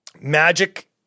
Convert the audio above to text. Magic